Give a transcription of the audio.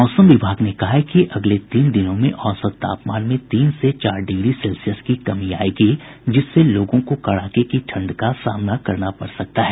मौसम विभाग ने कहा है कि अगले तीन दिनों में औसत तापमान में तीन से चार डिग्री सेल्सियस की कमी आयेगी जिससे लोगों को कड़ाके की ठंड का सामना करना पड़ सकता है